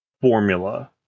formula